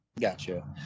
Gotcha